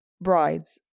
brides